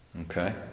Okay